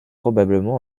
probablement